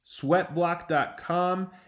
sweatblock.com